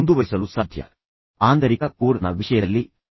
ಆಂತರಿಕ ತಿರುಳಿನ ವಿಷಯದಲ್ಲಿ ನಾನು ಕೇವಲ ವೈಶಿಷ್ಟ್ಯಗಳನ್ನು ಗುರುತಿಸುತ್ತಿದ್ದೆ